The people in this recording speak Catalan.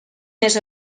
més